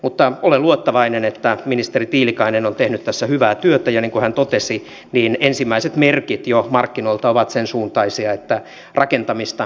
mutta olen luottavainen että ministeri tiilikainen on tehnyt tässä hyvää työtä ja niin kuin hän totesi ensimmäiset merkit markkinoilta ovat jo sen suuntaisia että rakentamista käynnistyy